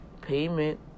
payment